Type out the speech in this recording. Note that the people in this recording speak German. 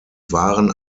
waren